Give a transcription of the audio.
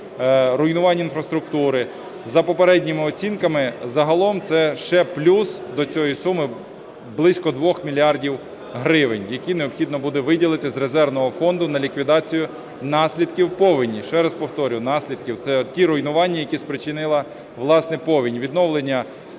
руйнування інфраструктури. За попередніми оцінками загалом це ще плюс до цієї суми близько 2 мільярдів гривень, які необхідно буде виділити з резервного фонду на ліквідацію наслідків повені. Ще раз повторюю, наслідків, це ті руйнування, які спричинила, власне, повінь: відновлення